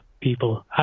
people